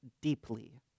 deeply